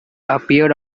appeared